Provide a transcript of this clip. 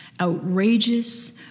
outrageous